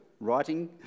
writing